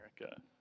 America